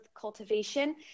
cultivation